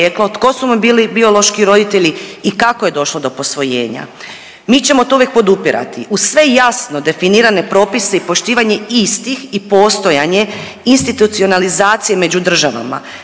tko su mu bili biološki roditelji i kako je došlo do posvojenja. Mi ćemo to uvijek podupirati uz sve jasno definirane propise i poštivanje istih i postojanje institucionalizacije među državama,